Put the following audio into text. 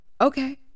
Okay